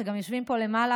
שגם יושבים פה למעלה,